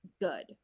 good